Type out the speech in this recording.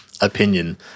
opinion